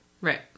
Right